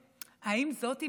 האם זאת משילות?